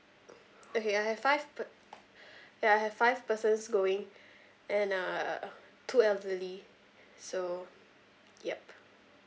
okay I have five I have five persons going and uh two elderly so yup